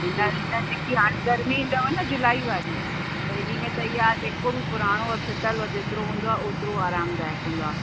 हींअर हींअर जेकि हाणे गर्मी ईंदव न जुलाई वारी त इन्हीअ में त इहा जेको बि पुराणो फ़िटल जेतिरो हूंदो आहे ओतिरो आरामदायक हूंदो आहे